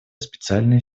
специальной